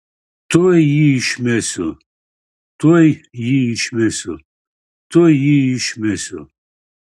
tuoj jį išmesiu tuoj jį išmesiu tuoj jį išmesiu